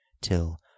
till